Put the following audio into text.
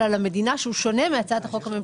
על המדינה שהוא שונה מהצעת החוק הממשלתית.